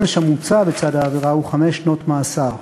העונש המוצע בצד העבירה הוא חמש שנות מאסר.